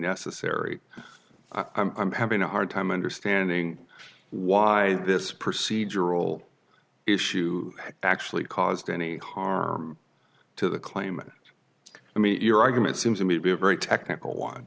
necessary i'm having a hard time understanding why this procedural issue actually caused any harm to the claimant i mean your argument seems to me to be a very technical